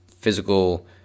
physical